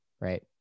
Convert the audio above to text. right